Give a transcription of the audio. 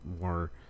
more